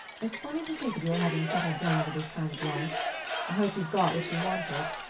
it's funny to think of your having settled down to this kind of life i hope you've got what you wanted.